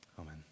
amen